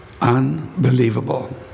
unbelievable